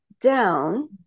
down